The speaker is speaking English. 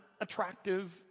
attractive